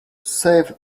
save